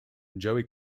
joey